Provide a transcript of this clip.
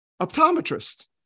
optometrist